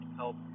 help